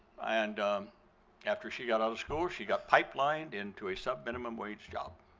and after she got out of school, she got pipelined into a subminimum wage job,